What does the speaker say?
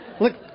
Look